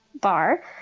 bar